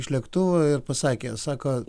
iš lėktuvo ir pasakė sako